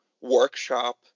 workshop